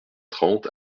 trente